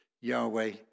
Yahweh